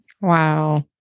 Wow